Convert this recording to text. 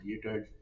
created